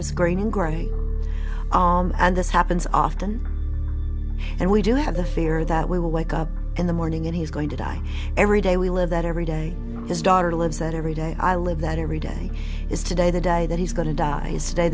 gray and this happens often and we do have the fear that we will wake up in the morning and he's going to die every day we live that every day his daughter lives that every day i live that every day is today the day that he's going to die is today